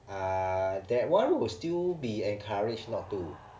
ah that one will still be encouraged not to